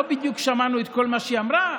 לא בדיוק שמענו את כל מה שהיא אמרה.